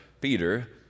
Peter